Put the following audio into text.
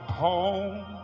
home